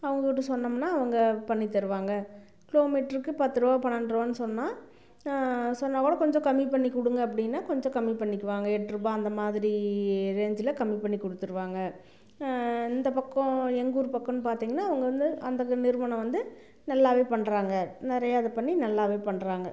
அவங்ககிட்ட சொன்னமுன்னா அவங்க பண்ணித்தருவாங்க கிலோமீட்ருக்கு பத்துருபா பன்னெண்ட்ருபான்னு சொன்னால் சொன்னால்க்கூட கொஞ்சம் கம்மி பண்ணிக்கொடுங்க அப்படின்னா கொஞ்சம் கம்மி பண்ணிக்குவாங்க எட்டுருபா அந்த மாதிரி ரேஞ்சுல் கம்மி பண்ணி கொடுத்துருவாங்க இந்த பக்கம் எங்கூர் பக்கன்னு பார்த்தீங்கன்னா அவங்க வந்து அந்த க நிறுவனம் வந்து நல்லாவே பண்ணுறாங்க நிறையா இது பண்ணி நல்லாவே பண்ணுறாங்க